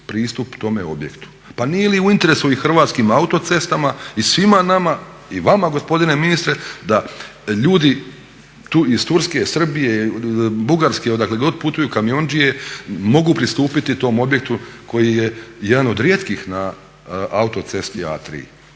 Pa nije li u interesu i Hrvatskim autocestama i svima nama i vama gospodine ministre da ljudi iz Turske, Srbije, Bugarske odakle god putuju kamiondžije mogu pristupiti tom objektu koje je jedan od rijetkih na autocesti A3?